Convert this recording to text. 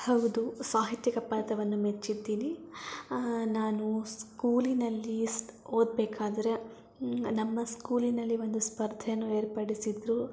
ಹೌದು ಸಾಹಿತ್ಯಿಕ ಪಾತ್ರವನ್ನು ಮೆಚ್ಚಿದ್ದೀನಿ ನಾನು ಸ್ಕೂಲಿನಲ್ಲಿ ಓದಬೇಕಾದ್ರೆ ನಮ್ಮ ಸ್ಕೂಲಿನಲ್ಲಿ ಒಂದು ಸ್ಪರ್ಧೆಯನ್ನು ಏರ್ಪಡಿಸಿದ್ದರು